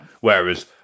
Whereas